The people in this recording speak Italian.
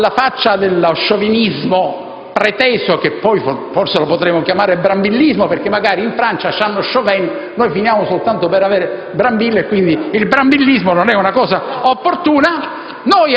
alla faccia dello sciovinismo preteso (che poi forse lo potremmo chiamare brambillismo, perché magari in Francia hanno Chauvin e noi finiamo soltanto per avere Brambilla, e quindi il brambillismo, e non è cosa opportuna),